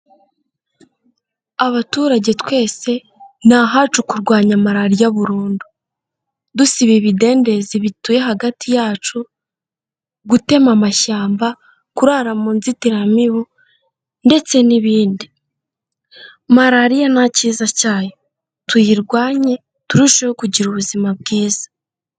Abaturage twese ni ahacu kurwanya malariya burundu, dusiba ibidendezi bituye hagati yacu, gutema amashyamba, kurara mu nzitiramibu, ndetse n'ibindi. Malariya nta cyiza cyayo, tuyirwanye turusheho kugira ubuzima bwiza.